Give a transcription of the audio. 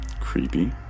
creepy